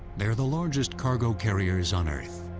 they are the largest cargo carriers on earth.